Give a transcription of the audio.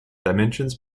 dimensions